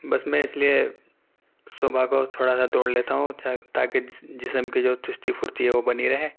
بس میں اس لیے صبح کو تھوڑا سا دوڑ لیتا ہوں تاکہ جسم کی جو چستی پھرتی ہے وہ بنی رہے